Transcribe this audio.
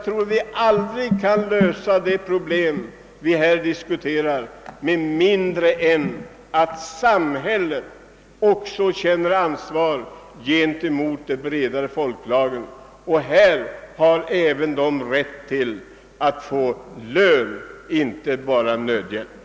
Vi kan aldrig lösa de problem som vi här diskuterar med mindre än att samhället också känner ansvar gentemot de bredare folklagren, som har rätt att få lön, inte bara nödhjälp. Samhällsinflytandet inom industrin måste stärkas.